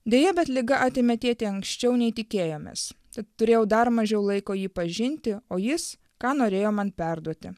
deja bet liga atėmė tėtį anksčiau nei tikėjomės tad turėjau dar mažiau laiko jį pažinti o jis ką norėjo man perduoti